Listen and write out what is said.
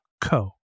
co